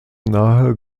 nahe